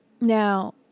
Now